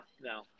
no